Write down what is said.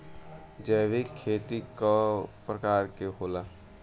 जैविक खेती कव प्रकार के होला?